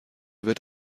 wird